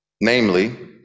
namely